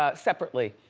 ah separately,